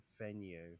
venue